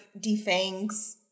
defangs